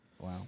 Wow